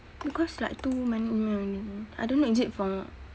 because like too many email already I don't know is it from